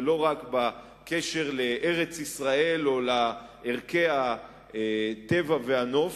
ולא רק בקשר לארץ-ישראל או לערכי הטבע והנוף,